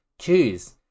choose